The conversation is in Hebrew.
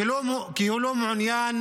כי הוא לא מעוניין